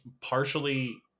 Partially